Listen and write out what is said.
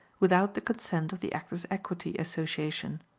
without the consent of the chorus equity association.